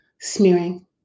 smearing